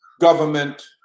government